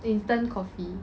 instant coffee